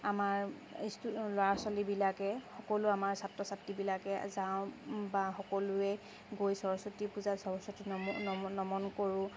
আমাৰ ইষ্টো ল'ৰা ছোৱালীবিলাকে সকলো আমাৰ ছাত্ৰ ছাত্ৰীবিলাকে যাওঁ বা সকলোৱে গৈ সৰস্বতী পূজা সৰস্বতী নমো নমন কৰোঁ